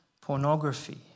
pornography